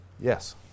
Yes